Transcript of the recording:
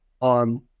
on